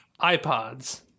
iPods